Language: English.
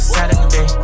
Saturday